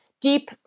deep